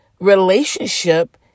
relationship